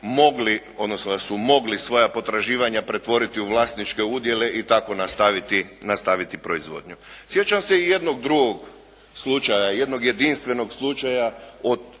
su mogli svoja potraživanja pretvoriti u vlasničke udjele i tako nastaviti proizvodnju. Sjećam se i jednog drugog slučaja, jednog jedinstvenog slučaja od